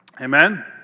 Amen